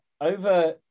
over